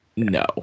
No